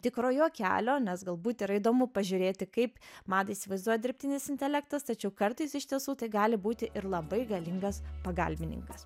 tikrojo kelio nes galbūt yra įdomu pažiūrėti kaip madą įsivaizduoja dirbtinis intelektas tačiau kartais iš tiesų tai gali būti ir labai galingas pagalbininkas